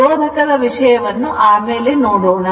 ರೋಧಕದ ವಿಷಯವನ್ನು ಆಮೇಲೆ ನೋಡೋಣ